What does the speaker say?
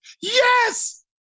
Yes